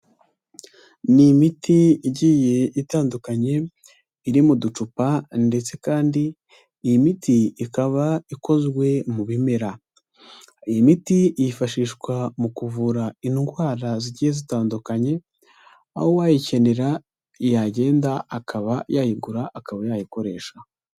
Ni imiti igiye itandukanye iri mu ducupa ndetse kandi iyi miti ikaba ikozwe mu bimera, iyi miti yifashishwa mu kuvura indwara zigiye zitandukanye, aho uwayikenera yagenda akaba yayigura akaba yayikoresha.